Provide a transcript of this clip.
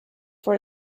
for